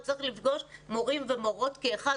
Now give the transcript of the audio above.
הוא צריך לפגוש מורים ומורות כאחד,